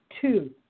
Two